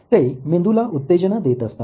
ते मेंदूला उत्तेजना देत असतात